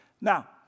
Now